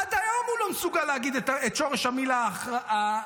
עד היום הוא לא מסוגל להגיד את שורש המילה "אחריות",